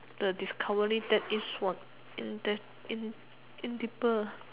the discovery that is was in in edible